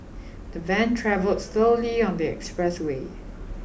the van travelled slowly on the expressway